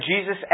Jesus